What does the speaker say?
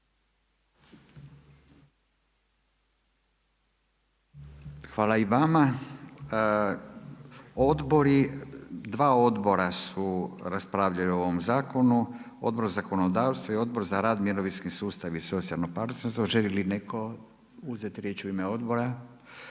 Hvala i vama. Odbori dva odbora raspravljaju o ovome zakonu Odbor za zakonodavstvo i Odbor za rada, mirovinski sustav i socijalno partnerstvo. Želi li neko uzeti riječ u ime odbora?